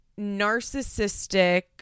narcissistic